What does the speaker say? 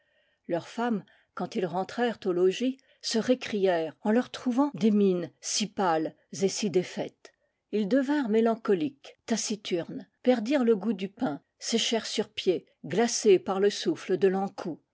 fem mes quand ils rentrèrent au logis se récrièrent en leur trouvant des mines si pâles et si défaites ils devinrent mé lancoliques taciturnes perdirent le goût du pain séchèrent sur pied glacés par le souffle de